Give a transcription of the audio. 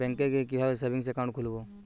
ব্যাঙ্কে গিয়ে কিভাবে সেভিংস একাউন্ট খুলব?